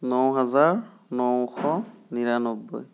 ন হাজাৰ নশ নিৰান্নবৈ